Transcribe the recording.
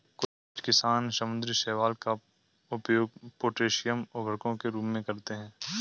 कुछ किसान समुद्री शैवाल का उपयोग पोटेशियम उर्वरकों के रूप में करते हैं